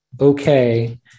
okay